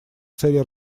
цели